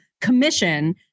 commission